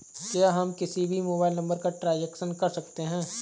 क्या हम किसी भी मोबाइल नंबर का ट्रांजेक्शन कर सकते हैं?